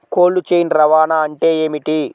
Cold chain రవాణా అంటే ఏమిటీ?